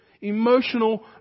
emotional